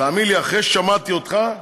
תאמין לי, אחרי ששמעתי אותך,